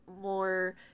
more